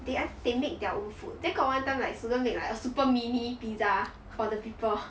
they ah they make their own food then got one time like soo geun make a super mini pizza for the people